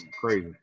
crazy